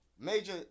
Major